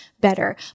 better